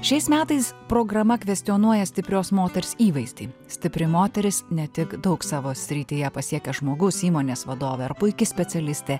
šiais metais programa kvestionuoja stiprios moters įvaizdį stipri moteris ne tik daug savo srityje pasiekęs žmogus įmonės vadovė ar puiki specialistė